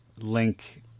link